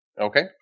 Okay